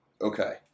Okay